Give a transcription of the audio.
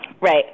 Right